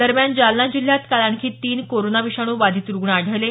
दरम्यान जालना जिल्ह्यात काल आणखी तीन कोरोना विषाणू बाधित रुग्ण आढळले